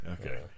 Okay